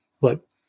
look